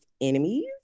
enemies